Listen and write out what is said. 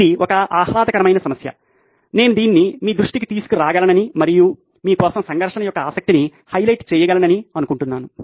ఇది ఒక ఆహ్లాదకరమైన సమస్య నేను దీన్ని మీ దృష్టికి తీసుకురాగలనని మరియు మీ కోసం సంఘర్షణ యొక్క ఆసక్తిను హైలైట్ చేయగలనని అనుకున్నాను